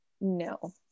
No